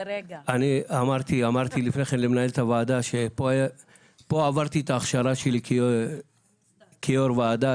אמרתי לפני כן למנהלת הוועדה שפה עברתי את ההכשרה שלי כיו"ר ועדה.